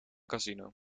casino